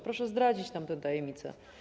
Proszę zdradzić nam tę tajemnicę.